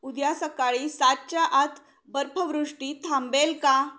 उद्या सकाळी सातच्या आत बर्फवृष्टी थांबेल का